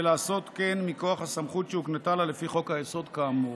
ולעשות כן מכוח הסמכות שהוקנתה לה לפי חוק-היסוד כאמור.